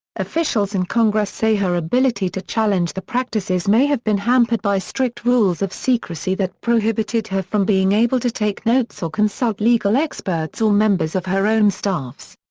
officials in congress say her ability to challenge the practices may have been hampered by strict rules of secrecy that prohibited her from being able to take notes or consult legal experts or members of her own staffs.